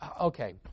Okay